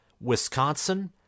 Wisconsin